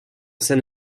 scène